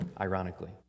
ironically